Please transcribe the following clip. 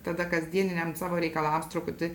tada kasdieniniams savo reikalams truputį